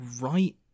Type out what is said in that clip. right